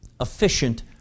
efficient